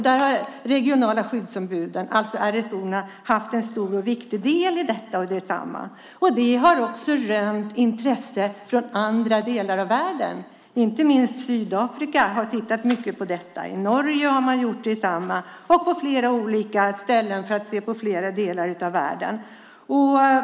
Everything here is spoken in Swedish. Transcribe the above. De regionala skyddsombuden, alltså RSO, har haft en stor och viktig del i detta. Det har också rönt intresse från andra delar av världen. Inte minst Sydafrika har tittat mycket på detta. I Norge och på flera olika ställen i världen har man gjort detsamma.